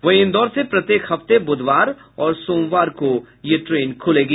वहीं इंदौर से प्रत्येक हफ्ते बुधवार और सोमवार को खुलेगी